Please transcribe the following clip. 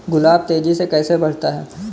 गुलाब तेजी से कैसे बढ़ता है?